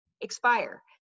expire